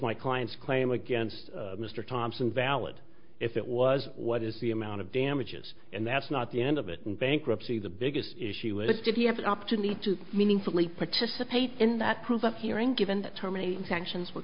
my client's claim against mr thomson valid if it was what is the amount of damages and that's not the end of it in bankruptcy the biggest issue is did he have an opportunity to meaningfully participate in that proof that hearing given terminate actions w